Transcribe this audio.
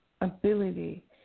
ability